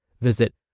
Visit